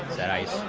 said ice